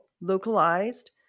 localized